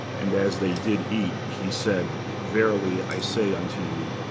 and as they did eat, he said, verily, i say unto you,